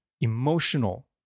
emotional